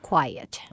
Quiet